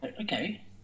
okay